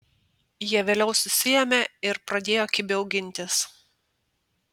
jie vėliau susiėmė ir pradėjo kibiau gintis